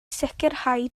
sicrhau